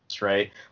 right